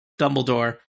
Dumbledore